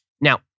Now